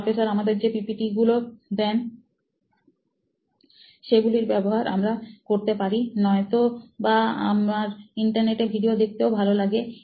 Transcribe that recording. তো প্রফেসর আমাদের যে পিপিটিগুলি দেন সে গুলির ব্যবহার আমরা করতে পারি নয়তো বা আমার ইন্টারনেটে ভিডিও দেখতে ভালো লাগে